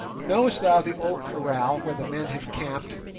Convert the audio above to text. knowest thou the old kraal where the men have camped?